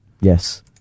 Yes